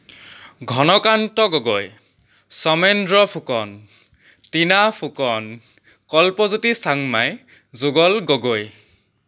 Ghanakanta Gogoi Chamendra Phukan Tina Phukan Kalpajyoti Changmai Jugal Gogoi